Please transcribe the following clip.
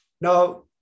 Now